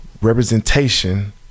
representation